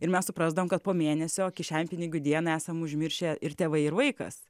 ir mes suprasdavom kad po mėnesio kišenpinigių dieną esam užmiršę ir tėvai ir vaikas